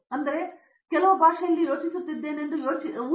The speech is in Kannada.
ಹಾಗಾಗಿ ನಾನು ಕೆಲವು ಭಾಷೆಯಲ್ಲಿ ಯೋಚಿಸುತ್ತಿದ್ದೇನೆಂದು ಯೋಚಿಸಿದರೂ ಸಹ